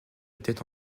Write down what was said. étaient